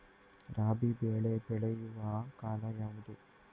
ರಾಬಿ ಬೆಳೆ ಬೆಳೆಯುವ ಕಾಲ ಯಾವುದು?